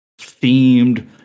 themed